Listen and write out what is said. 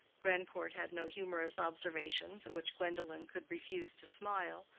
grandcourt had no humorous observations at which gwendolen could refuse to smile,